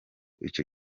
icyo